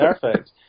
perfect